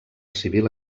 civil